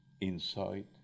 inside